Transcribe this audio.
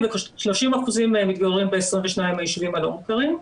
וכ-30% מתגוררים ב-22 הישובים הלא מוכרים.